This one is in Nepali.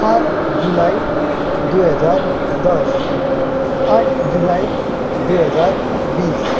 सात जुलाई दुई हजार दस आठ जुलाई दुई हजार बिस